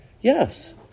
Yes